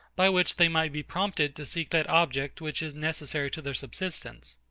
by which they might be prompted to seek that object which is necessary to their subsistence.